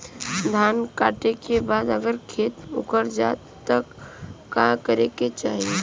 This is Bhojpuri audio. धान कांटेके बाद अगर खेत उकर जात का करे के चाही?